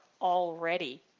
already